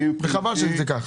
חבל שזה כך.